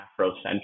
afrocentric